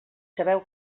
sabeu